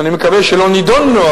אני מקווה שלא נידונו,